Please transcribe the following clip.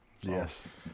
yes